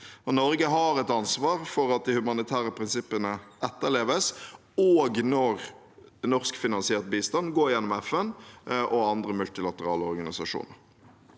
Norge har et ansvar for at de humanitære prinsippene etterleves også når norskfinansiert bistand går gjennom FN og andre multilaterale organisasjoner.